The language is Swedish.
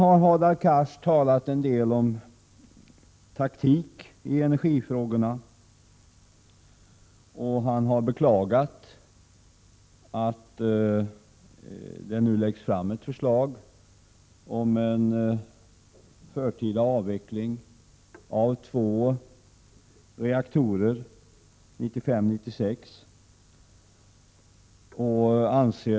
Hadar Cars har talat en del om taktik när det gäller energifrågorna, och han har beklagat att det nu läggs fram ett förslag om en förtida avveckling av två reaktorer år 1995 och 1999.